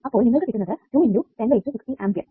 അപ്പോൾ നിങ്ങൾക് കിട്ടുന്നത് 2 x 106t ആംപിയർ